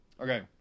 Okay